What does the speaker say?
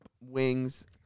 wings